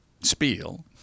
Spiel